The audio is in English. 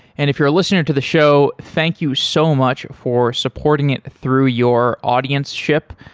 and if you're a listener to the show, thank you so much for supporting it through your audienceship.